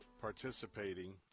participating